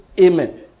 amen